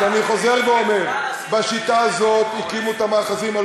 גם כשתעשו את כל מה שאתם רוצים לעשות,